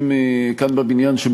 אדוני היושב-ראש,